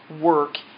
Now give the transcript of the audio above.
work